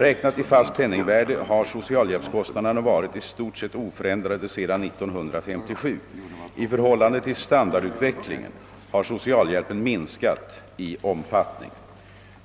Räknat i fast penningvärde har socialhjälpskostnaderna varit i stort sett oförändrade sedan 1957. I förhållande till standardutvecklingen har = socialhjälpen minskat i omfattning.